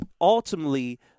ultimately